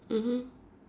mmhmm